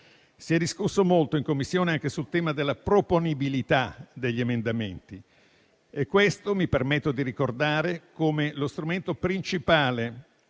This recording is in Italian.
Si è discusso molto in Commissione anche sul tema della proponibilità degli emendamenti. Mi permetto di ricordare come lo strumento principale